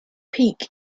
peak